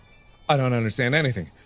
i don't understand anything.